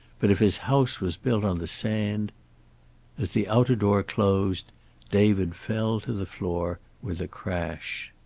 but if his house was built on the sand as the outer door closed david fell to the floor with a crash.